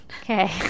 Okay